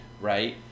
right